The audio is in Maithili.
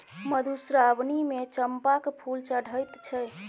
मधुश्रावणीमे चंपाक फूल चढ़ैत छै